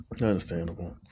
Understandable